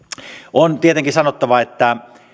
on tietenkin sanottava että